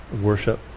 worship